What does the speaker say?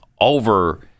over –